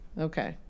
okay